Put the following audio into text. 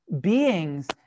beings